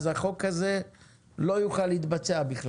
החוק הזה כלל לא יוכל להתבצע.